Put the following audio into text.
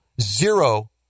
zero